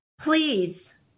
Please